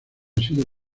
sido